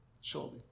surely